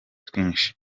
twinshi